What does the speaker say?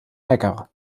neckar